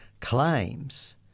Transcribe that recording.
claims